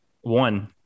One